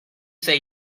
say